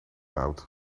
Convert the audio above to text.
oud